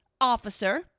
officer